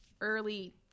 early